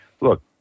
Look